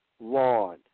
lawn